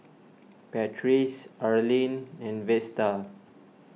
Patrice Arline and Vesta